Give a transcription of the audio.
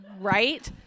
Right